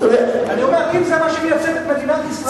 אני אומר: אם זה מה שמייצג את מדינת ישראל,